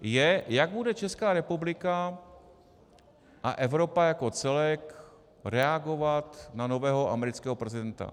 Otázka je, jak bude Česká republika a Evropa jako celek reagovat na nového amerického prezidenta.